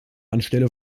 anstelle